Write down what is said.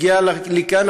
הגיעה לכאן,